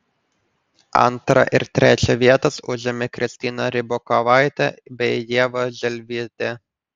antrą ir trečią vietas užėmė kristina rybakovaitė bei ieva želvytė